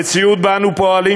במציאות שבה אנו פועלים,